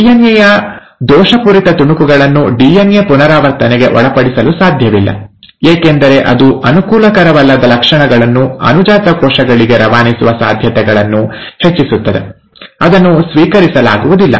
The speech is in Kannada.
ಡಿಎನ್ಎ ಯ ದೋಷಪೂರಿತ ತುಣುಕನ್ನು ಡಿಎನ್ಎ ಪುನರಾವರ್ತನೆಗೆ ಒಳಪಡಿಸಲು ಸಾಧ್ಯವಿಲ್ಲ ಏಕೆಂದರೆ ಅದು ಅನುಕೂಲಕರವಲ್ಲದ ಲಕ್ಷಣಗಳನ್ನು ಅನುಜಾತ ಕೋಶಗಳಿಗೆ ರವಾನಿಸುವ ಸಾಧ್ಯತೆಗಳನ್ನು ಹೆಚ್ಚಿಸುತ್ತದೆ ಅದನ್ನು ಸ್ವೀಕರಿಸಲಾಗುವುದಿಲ್ಲ